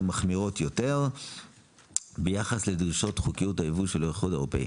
מחמירות יותר ביחס לדרישות חוקיות הייבוא של האיחוד האירופי.